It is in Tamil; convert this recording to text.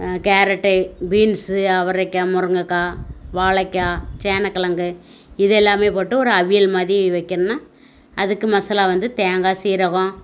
கேரட்டு பீன்ஸ்ஸு அவரைக்காய் முருங்கக்காய் வாழைக்காய் சேனக்கெழங்கு இது எல்லாமே போட்டு ஒரு அவியல் மாதிரி வைக்கணும்னா அதுக்கு மசாலா வந்து தேங்காய் சீரகம்